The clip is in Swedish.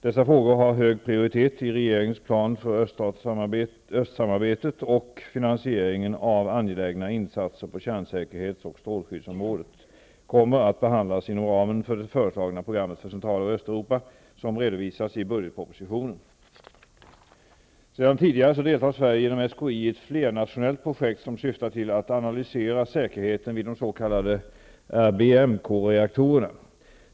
Dessa frågor har hög prioritet i regeringens plan för östsamarbetet, och finansieringen av angelägna insatser på kärnsäkerhets och strålskyddsområdet kommer att behandlas inom ramen för det föreslagna programmet för Centraloch Östeuropa som redovisats i budgetpropositionen . Sedan tidigare deltar Sverige genom SKI i ett flernationellt projekt som syftar till att analysera säkerheten vid de s.k. RBMK-reaktorerna.